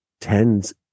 tens